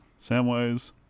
Samwise